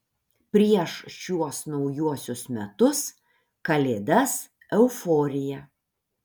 prieš šiuos naujuosius metus kalėdas euforija